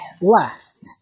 last